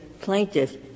plaintiff